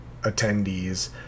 attendees